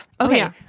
Okay